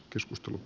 keskustelut